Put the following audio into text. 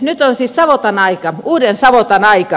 nyt on siis savotan aika uuden savotan aika